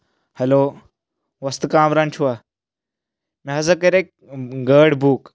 hello وۄستہٕ کامران چھِوٕ مےٚ ہسا کَرے گٲڑۍ بُک